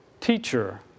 Teacher